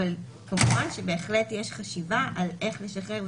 אבל כמובן שבהחלט יש חשיבה על איך לשחרר,